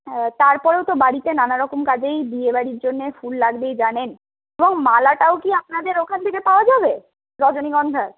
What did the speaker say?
তারপরেও তো বাড়িতে নানারকম কাজেই বিয়েবাড়ির জন্য ফুল লাগবেই জানেন এবং মালাটাও কি আপনাদের ওখান থেকে পাওয়া যাবে রজনীগন্ধার